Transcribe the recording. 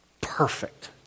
Perfect